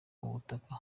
ubutaha